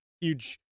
huge